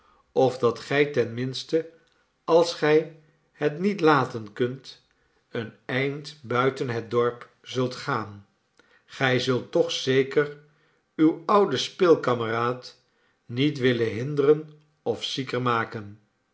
of dat gij ten minste als gij het niet laten kunt een eind buiten het dorp zult gaan gij zult toch zeker uw ouden speelkameraad niet willen hinderen of zieker maken